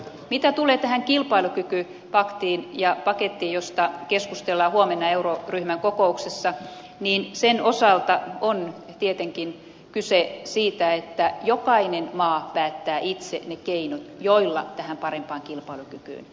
mitä tulee tähän kilpailukykypaktiin ja pakettiin joista keskustellaan huomenna euroryhmän kokouksessa niiden osalta on tietenkin kyse siitä että jokainen maa päättää itse ne keinot joilla tähän parempaan kilpailukykyyn päästään